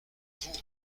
vous